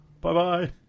Bye-bye